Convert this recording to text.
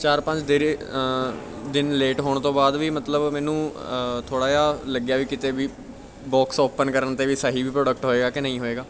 ਚਾਰ ਪੰਜ ਦਿਰ ਦਿਨ ਲੇਟ ਹੋਣ ਤੋਂ ਬਾਅਦ ਵੀ ਮਤਲਬ ਮੈਨੂੰ ਥੋੜ੍ਹਾ ਜਿਹਾ ਲੱਗਿਆ ਵੀ ਕਿਤੇ ਵੀ ਬੋਕਸ ਓਪਨ ਕਰਨ 'ਤੇ ਵੀ ਸਹੀ ਵੀ ਪ੍ਰੋਡਕਟ ਹੋਏਗਾ ਕਿ ਨਹੀਂ ਹੋਏਗਾ